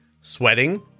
sweating